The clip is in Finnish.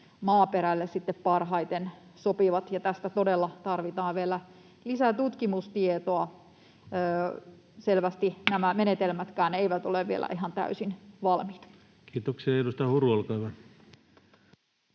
maaperälle sitten parhaiten sopivat. Tästä todella tarvitaan vielä lisää tutkimustietoakin, selvästi nämä menetelmätkään eivät ole vielä ihan täysin valmiita. Kiitoksia. — Ja edustaja Huru, olkaa hyvä.